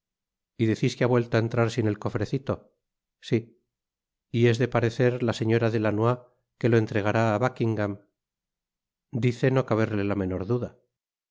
y decis que ha vuelto á entrar sin el cofrecito si y es de parecer la señora de lannoy que lo entregara á buckingam dice no caberle la menor duda